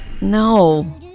No